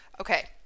Okay